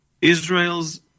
Israel's